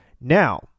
Now